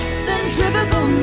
centrifugal